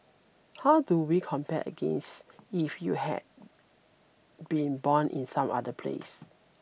how do we compare against if you had been born in some other place